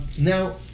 Now